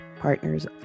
partners